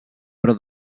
però